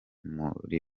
muri